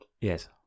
Yes